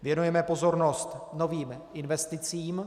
Věnujeme pozornost novým investicím.